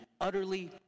utterly